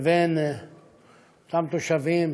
לבין אותם תושבים